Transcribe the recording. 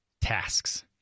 tasks